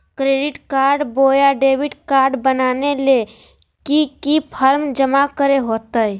Credit card बोया debit card बनाने ले की की फॉर्म जमा करे होते?